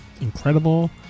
incredible